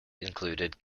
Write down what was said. included